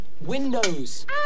windows